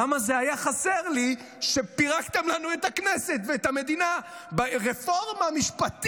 כמה זה היה חסר לי כשפירקתם לנו את הכנסת ואת המדינה ברפורמה המשפטית.